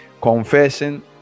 confession